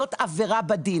זאת עבירה בדין.